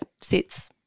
sits